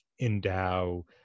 endow